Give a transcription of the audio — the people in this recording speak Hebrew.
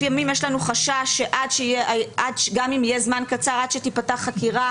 לפעמים יש לנו חשש שגם אם יהיה זמן קצר עד שתיפתח חקירה,